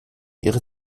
ihre